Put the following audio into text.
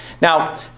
Now